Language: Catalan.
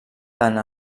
tant